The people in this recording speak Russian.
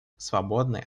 свободный